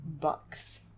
bucks